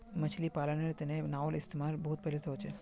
मछली पालानेर तने नाओर इस्तेमाल बहुत पहले से होचे